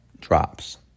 drops